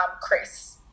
Chris